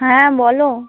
হ্যাঁ বলো